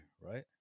right